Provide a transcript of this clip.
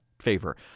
Favor